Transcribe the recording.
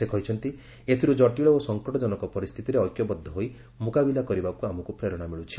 ସେ କହିଛନ୍ତି ଏଥିରୁ ଜଟିଳ ଓ ସଂକଟଜନକ ପରିସ୍ଥିତିରେ ଐକ୍ୟବଦ୍ଧ ହୋଇ ମୁକାବିଲା କରିବାକୁ ଆମକୁ ପ୍ରେରଣା ମିଳୁଛି